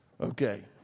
Okay